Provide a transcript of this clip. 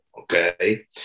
Okay